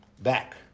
back